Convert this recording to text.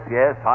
yes